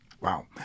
Wow